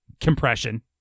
compression